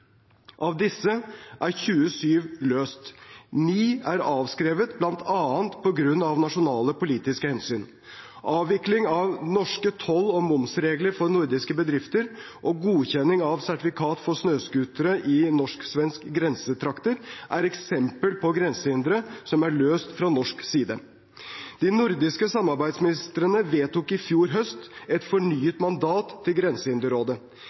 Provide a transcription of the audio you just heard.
Av disse er 27 løst. Ni er avskrevet bl.a. på grunn av nasjonale politiske hensyn. Avvikling av norske toll- og momsregler for nordiske bedrifter og godkjenning av sertifikat for snøscootere i norsk-svenske grensetrakter er eksempler på grensehindre som er løst fra norsk side. De nordiske samarbeidsministrene vedtok i fjor høst et fornyet mandat for Grensehinderrådet.